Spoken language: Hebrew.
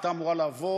הייתה אמורה לעבור,